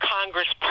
Congress